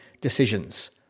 decisions